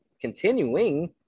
continuing